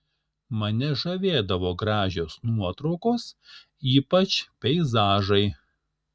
mane žavėdavo gražios nuotraukos ypač peizažai